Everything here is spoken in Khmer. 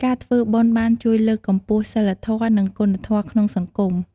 ការធ្វើបុណ្យបានជួយលើកកម្ពស់សីលធម៌ និងគុណធម៌ក្នុងសង្គម។